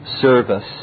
service